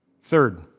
Third